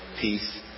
peace